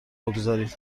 بگذارید